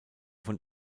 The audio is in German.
von